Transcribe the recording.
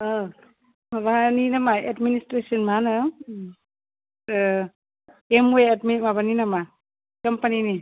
माबानि नामा एडमिनिस्ट्रेसन मा होनो एमअवे माबानि नामा कम्पानिनि